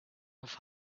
have